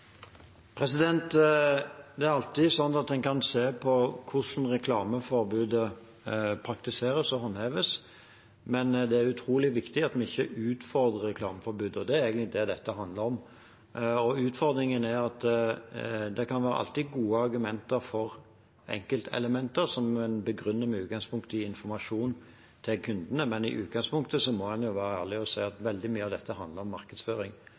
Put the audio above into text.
Det er alltid sånn at en kan se på hvordan reklameforbudet praktiseres og håndheves, men det er utrolig viktig at en ikke utfordrer reklameforbudet, og det er egentlig det dette handler om. Utfordringen er at det alltid kan være gode argumenter for enkeltelementer som en begrunner med utgangspunkt i informasjon til kundene, men i utgangspunktet må en være ærlig og si at veldig mye av dette handler om markedsføring.